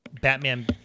Batman